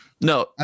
No